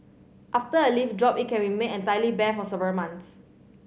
after a leaf drop it can remain entirely bare for several months